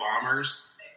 bombers